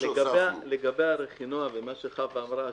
לגבי הרכינוע ומה שחוה אמרה,